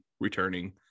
returning